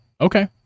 Okay